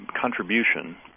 contribution